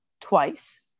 twice